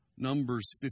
Numbers